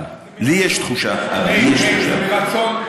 מרצון,